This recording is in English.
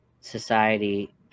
society